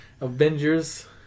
Avengers